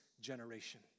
generation